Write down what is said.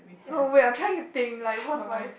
no wait I'm trying to think like what's my